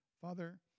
Father